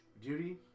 duty